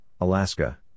Alaska